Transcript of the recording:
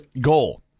goal